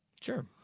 Sure